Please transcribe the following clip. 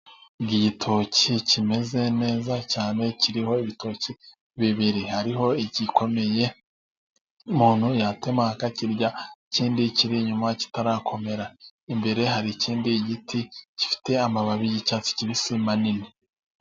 Iki gitoki kimeze neza cyane kiriho ibitoki bibiri, hariho igikomeye umuntu yatema aka kirya, ikindi kiri inyuma kitarakomera, imbere hari ikindi giti gifite amababi y'icyatsi kibisi manini.